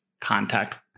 contact